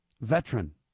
veteran